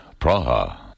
Praha